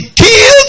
killed